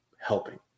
helping